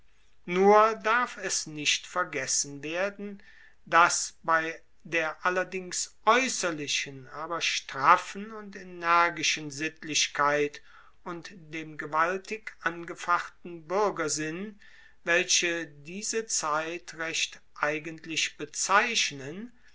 nur darf es nicht vergessen werden dass bei der allerdings aeusserlichen aber straffen und energischen sittlichkeit und dem gewaltig angefachten buergersinn welche diese zeit recht eigentlich bezeichnen